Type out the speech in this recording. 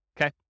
Okay